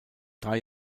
drei